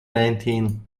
nineteen